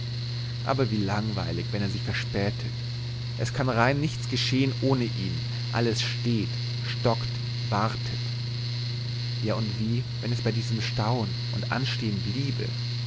aber wie langweilig wenn er sich verspätet es kann rein nichts geschehen ohne ihn alles steht stockt wartet ja und wie wenn es bei diesem stauen und anstehn bliebe